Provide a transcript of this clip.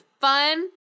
fun